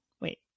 wait